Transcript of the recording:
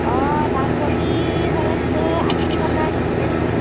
অঁ দাংবডি হৈ আছে আশী টকা কেজি